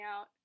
out